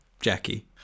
Jackie